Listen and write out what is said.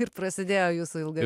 ir prasidėjo jūsų ilga